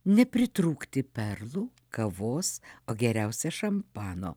nepritrūkti perlų kavos o geriausia šampano